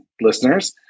listeners